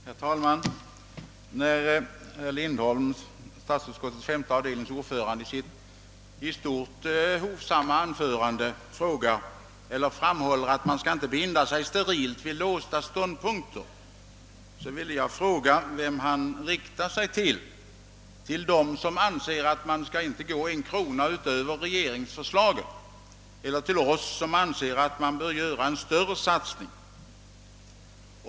Herr talman! Herr Lindholm — statsutskottets femte avdelnings ordförande — framhöll i sitt i stort sett hovsamma anförande att man inte sterilt skall vara bunden i låsta positioner. Jag skulle vilja fråga vem han vände sig till, till dem som anser att man inte skall kunna lämna en enda krona utöver regeringens förslag eller till oss som anser att man bör ge ett större anslag.